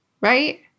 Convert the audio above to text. Right